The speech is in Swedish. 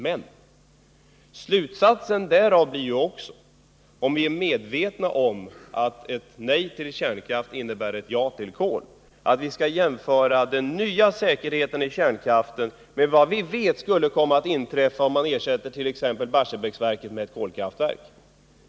Men slutsatsen därav blir — om vi är medvetna om att ett nej till kärnkraft innebär ett ja till kol — att vi skall jämföra den nya säkerheten i kärnkraften med vad vi vet skulle komma att inträffa om vi ersatte t.ex. Barsebäcksverket med ett kolkraftverk.